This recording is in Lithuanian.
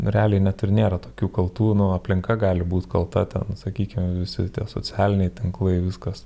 realiai net ir nėra tokių kaltų nu aplinka gali būt kalta ten sakykim visi tie socialiniai tinklai viskas